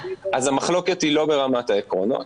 אז המחלוקת היא לא ברמת העקרונות,